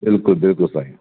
बिल्कुलु बिल्कुलु साईं